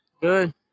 Good